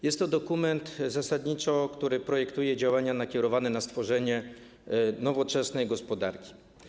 Jest to dokument, który zasadniczo projektuje działania nakierowane na stworzenie nowoczesnej gospodarki.